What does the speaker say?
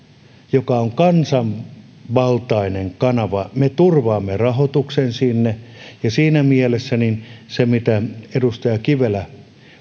joka on kansanvaltainen kanava me turvaamme rahoituksen sinne ja siinä mielessä se mitä edustaja kivelä